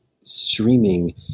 streaming